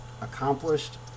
accomplished